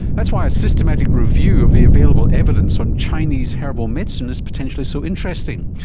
that's why a systematic review of the available evidence on chinese herbal medicine is potentially so interesting.